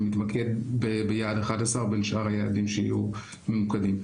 שמתמקד ביעד 11 בין שאר היעדים שיהיו ממוקדים.